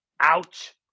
Ouch